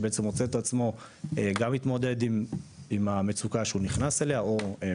אם זה אדם שנכנס למצוקה כל שהיא ואם